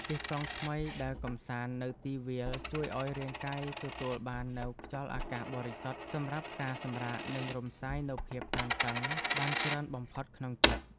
ជិះកង់ថ្មីដើរកម្សាន្តនៅទីវាលជួយឱ្យរាងកាយទទួលបាននូវខ្យល់អាកាសបរិសុទ្ធសម្រាប់ការសម្រាកនិងរំសាយនូវភាពតានតឹងបានច្រើនបំផុតក្នុងចិត្ត។